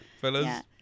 fellas